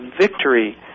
victory